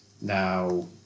Now